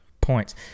points